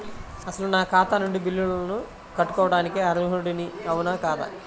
అసలు నా ఖాతా నుండి బిల్లులను కట్టుకోవటానికి అర్హుడని అవునా కాదా?